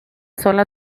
sola